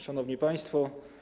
Szanowni Państwo!